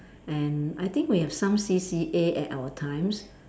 and I think we have some C_C_A at our times